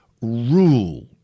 rule